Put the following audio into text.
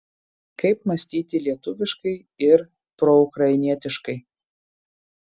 kaip mąstyti lietuviškai ir proukrainietiškai